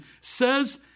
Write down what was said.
says